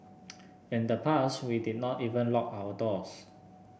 in the past we did not even lock our doors